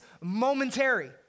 momentary